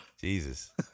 Jesus